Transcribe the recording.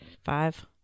Five